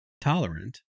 tolerant